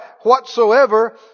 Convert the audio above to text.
whatsoever